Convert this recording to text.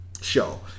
show